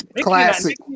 Classic